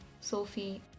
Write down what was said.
Sophie